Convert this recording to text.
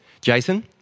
Jason